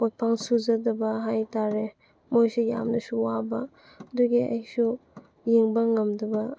ꯄꯨꯄꯥꯡ ꯁꯨꯖꯗꯕ ꯍꯥꯏꯕ ꯇꯥꯔꯦ ꯃꯣꯏꯁꯦ ꯌꯥꯝꯅꯁꯨ ꯋꯥꯕ ꯑꯗꯨꯒꯤ ꯑꯩꯁꯨ ꯌꯦꯡꯕ ꯉꯝꯗꯕ